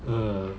uh